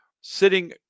sitting